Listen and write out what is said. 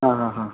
ಹಾಂ ಹಾಂ ಹಾಂ